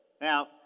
now